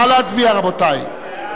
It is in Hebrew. נא להצביע, רבותי.